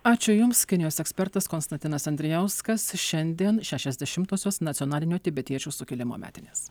ačiū jums kinijos ekspertas konstantinas andrijauskas šiandien šešiasdešimtosios nacionalinio tibetiečių sukilimo metinės